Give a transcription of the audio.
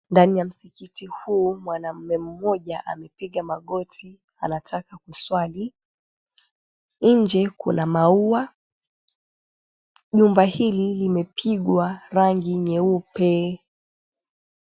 Ndani ya msikiti huu mwanaume mmoja amepiga magoti anataka kuswali. Nje kuna maua nyumba hili limepigwa rangi nyeupe.